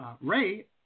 Ray